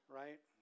right